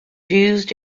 used